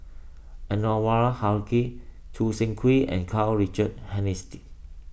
Anwarul Haque Choo Seng Quee and Karl Richard